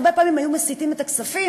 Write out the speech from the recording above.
הרבה פעמים היו מסיטים את הכספים,